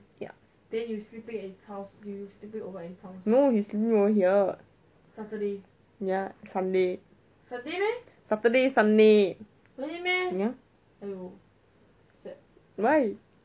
ya no he is sleeping over here ya sunday saturday sunday ya why